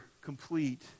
complete